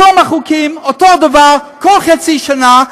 אותם החוקים, אותו הדבר, כל חצי שנה.